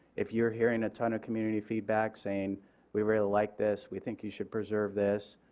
if you are hearing a ton of community feedback saying we really like this we think you should preserve this.